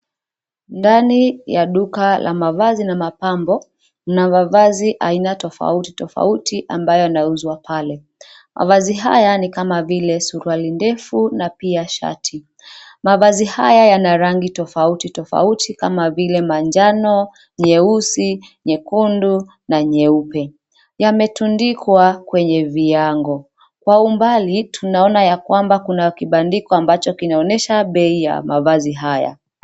Ndani ya duka la mavazi na mapambo, mna mavazi aina tofauti tofauti ambayo yanauzwa pale. Mavazi haya ni kama vile suruali ndefu na pia shati. Mavazi haya yana rangi tofauti tofauti kama vile: manjano, nyeusi, nyekundu, na nyeupe. Yametundikwa kwenye viango, kwa umbali tunaona ya kwamba kuna kibandiko ambacho kinaonyesha bei ya mavazi haya.